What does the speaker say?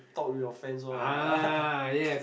ah yes